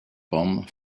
bomb